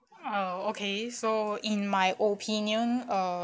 uh okay so in my opinion uh